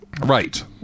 right